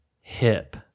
hip